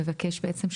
מבקש בעצם,